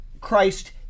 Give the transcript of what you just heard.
Christ